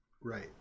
Right